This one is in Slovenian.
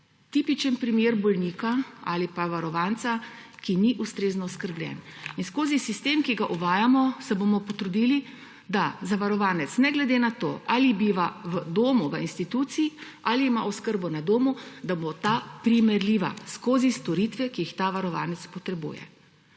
tipičen primer bolnika ali pa varovanca, ki ni ustrezno oskrbljen. In skozi sistem, ki ga uvajamo, se bomo potrudili, da zavarovanec ne glede na to, ali biva v domu, v instituciji, ali ima oskrbo na domu, da bo ta primerljiva skozi storitve, ki jih ta varovanec potrebuje.